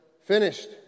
finished